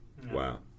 Wow